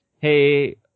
hey